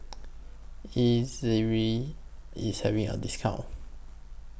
Ezerra IS having A discount